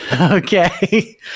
Okay